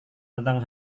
tentang